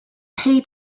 paid